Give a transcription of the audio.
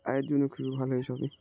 আয়ের জন্যে খুবই ভালো এই সবই